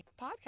podcast